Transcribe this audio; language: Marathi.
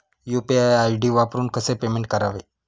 यु.पी.आय आय.डी वापरून कसे पेमेंट करावे?